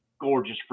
gorgeous